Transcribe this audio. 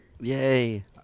Yay